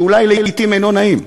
שאולי לעתים אינו נעים,